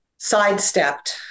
sidestepped